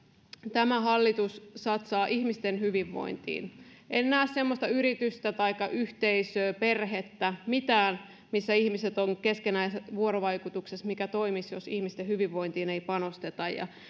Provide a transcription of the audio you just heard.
tämä hallitus satsaa ihmisten hyvinvointiin en näe semmoista yritystä taikka yhteisöä perhettä mitään missä ihmiset ovat keskinäisessä vuorovaikutuksessa mikä toimisi jos ihmisten hyvinvointiin ei panosteta